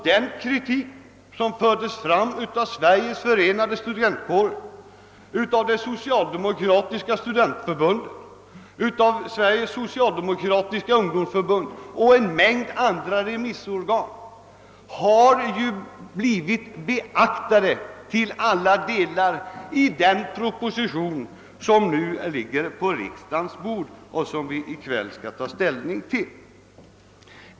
Den kritik som fördes fram av Sveriges förenade studentkårer, av det socialdemokratiska studentförbundet, av Sveriges socialdemokratiska ungdomsförbund och av en mängd andra remissorgan har blivit beaktad till alla delar i den proposition som nu ligger på riksdagens bord och som vi i kväll skall ta ställning till.